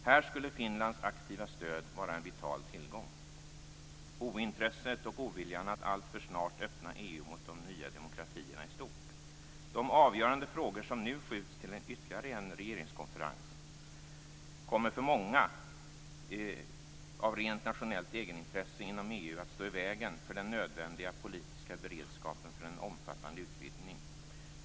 Här skulle Finlands aktiva stöd vara en vital tillgång. Ointresset och oviljan att alltför snart öppna EU mot de nya demokratierna är stort. De avgörande frågor som nu skjutits till ytterligare en regeringskonferens kommer för många inom EU av rent nationellt egenintresse att stå i vägen för den nödvändiga politiska beredskapen för en omfattande utvidgning.